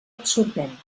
absorbent